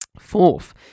Fourth